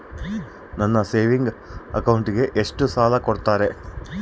ನನ್ನ ಸೇವಿಂಗ್ ಅಕೌಂಟಿಗೆ ಎಷ್ಟು ಸಾಲ ಕೊಡ್ತಾರ?